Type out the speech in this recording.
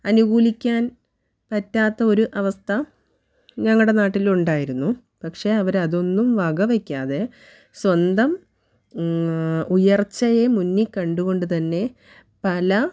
അനുകൂലിക്കാൻ പറ്റാത്ത ഒരു അവസ്ഥ ഞങ്ങളുടെ നാട്ടിൽ ഉണ്ടായിരുന്നു പക്ഷേ അവർ അതൊന്നും വകവയ്ക്കാതെ സ്വന്തം ഉയർച്ചയെ മുന്നിൽ കണ്ടുകൊണ്ട് തന്നെ പല